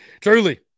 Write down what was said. Truly